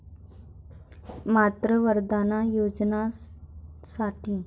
मातृवंदना योजनेसाठी कोनाले अर्ज करता येते?